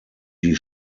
die